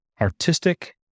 artistic